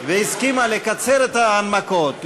והסכימה לקצר את ההנמקות,